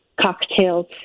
Cocktails